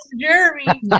Jeremy